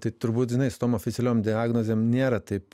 tai turbūt žinai su tom oficialiom diagnozėm nėra taip